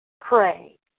pray